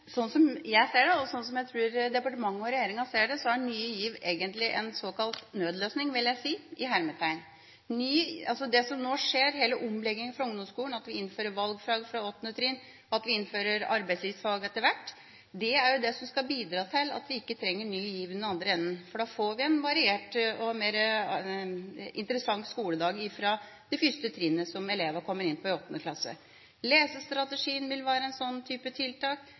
som jeg ser det, og slik som jeg tror departementet og regjeringa ser det, er Ny GIV egentlig en «nødløsning», vil jeg si. Det som nå skjer når det gjelder hele omleggingen fra ungdomsskolen – at vi innfører valgfag fra 8. trinn og innfører arbeidslivsfag etter hvert – er det som skal bidra til at vi ikke trenger Ny GIV i den andre enden, for da får elevene en variert og mer interessant skoledag fra det første trinnet som de kommer inn på, i 8. klasse. Lesestrategien vil være en slik type tiltak.